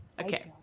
Okay